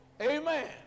amen